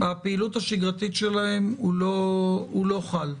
בפעילות השגרתית שלהן הוא לא חל.